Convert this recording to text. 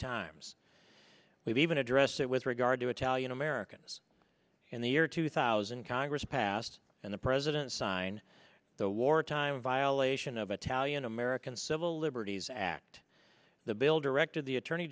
times we've even addressed it with regard to italian americans in the year two thousand congress passed and the president signed the war time violation of italian american civil liberties act the builder rector the attorney